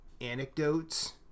anecdotes